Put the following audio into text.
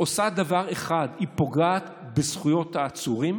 עושה דבר אחד, היא פוגעת בזכויות העצורים.